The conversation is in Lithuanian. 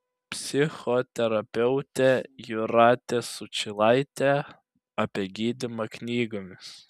psichoterapeutė jūratė sučylaitė apie gydymą knygomis